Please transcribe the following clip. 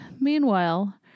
Meanwhile